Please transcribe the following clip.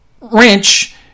wrench